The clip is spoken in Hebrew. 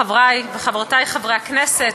חברי וחברותי חברי הכנסת,